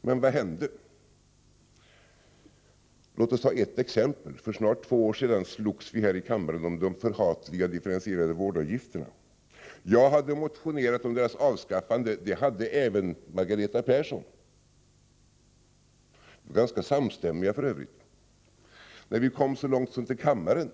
Men vad hände? Låt oss ta ett exempel. För snart två år sedan slogs vi här i kammaren om de förhatliga differentierade vårdavgifterna. Jag hade motionerat om deras avskaffande. Det hade även Margareta Persson gjort. Motionerna var f.ö. ganska samstämmiga. När vi kom så långt som till kammaren,